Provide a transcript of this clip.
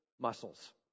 muscles